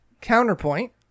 counterpoint